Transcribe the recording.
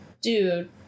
dude